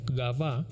gava